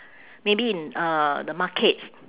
maybe in uh the market